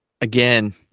Again